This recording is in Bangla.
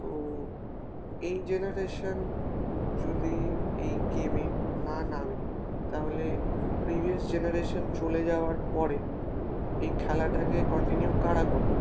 তো এই জেনারেশন যদি এই গেমে না নামে তাহলে প্রিভিয়াস জেনারেশন চলে যাওয়ার পরে এই খেলাটাকে কন্টিনিউ কারা করবে